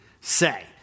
say